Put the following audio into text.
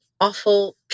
awful